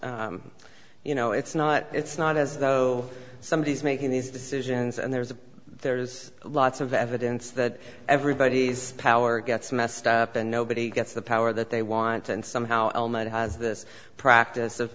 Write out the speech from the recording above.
not you know it's not it's not as though somebody is making these decisions and there's a there's lots of evidence that everybody's power gets messed up and nobody gets the power that they want and somehow al night has this practice of